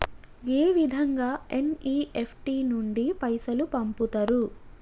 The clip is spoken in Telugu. ఏ విధంగా ఎన్.ఇ.ఎఫ్.టి నుండి పైసలు పంపుతరు?